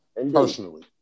Personally